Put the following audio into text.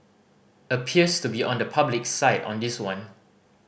appears to be on the public's side on this one